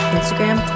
Instagram